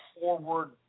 forward